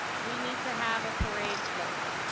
we need to have a parade float.